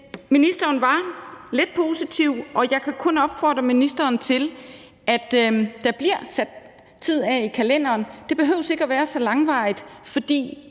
ministeren var lidt positiv, og jeg kan kun opfordre ministeren til, at der bliver sat tid af i kalenderen, og det behøver ikke at være så langvarigt, for